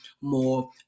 more